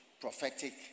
prophetic